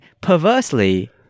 Perversely